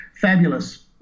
fabulous